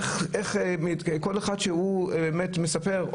איך כל אחד מספר,